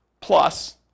Plus